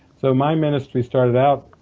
so my ministry started out,